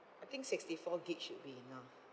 I think sixty four gig should be enough